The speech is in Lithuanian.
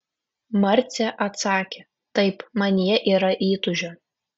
marcė atsakė taip manyje yra įtūžio